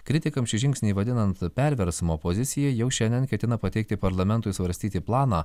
kritikams šį žingsnį vadinant perversmo opozicija jau šiandien ketina pateikti parlamentui svarstyti planą